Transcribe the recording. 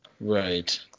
Right